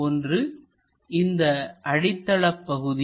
ஒன்று இந்த அடித்தளப் பகுதி